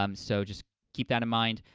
um so just keep that in mind.